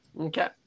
Okay